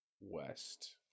west